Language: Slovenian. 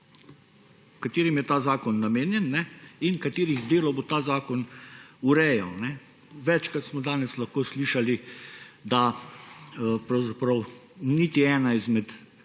katerim je ta zakon namenjen in katerih delo bo ta zakon urejal. Večkrat smo danes lahko slišali, da pravzaprav niti ena izmed